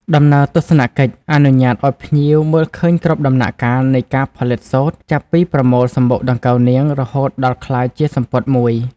ដំណើរទស្សនកិច្ចអនុញ្ញាតឱ្យភ្ញៀវមើលឃើញគ្រប់ដំណាក់កាលនៃ ការផលិតសូត្រ ចាប់ពីប្រមូលសំបុកដង្កូវនាងរហូតដល់ក្លាយជាសំពត់មួយ។